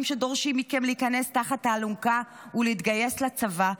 שדורשים מכם להיכנס תחת האלונקה ולהתגייס לצבא,